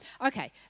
Okay